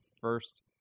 first